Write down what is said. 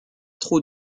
trop